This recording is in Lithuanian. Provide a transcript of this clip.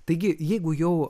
taigi jeigu jau